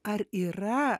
ar yra